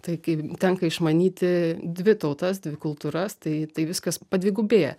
tai kai tenka išmanyti dvi tautas dvi kultūras tai tai viskas padvigubėja